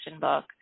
book